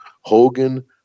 Hogan